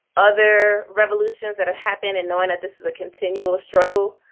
other revolutions that have happened, and knowing that this is a continual struggle,